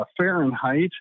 Fahrenheit